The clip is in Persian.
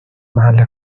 محل